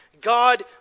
God